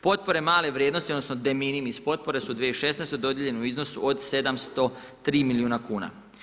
Potpore male vrijednosti odnosno de minimis potpore su u 2016. dodijeljene u iznosu od 703 milijuna kuna.